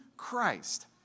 Christ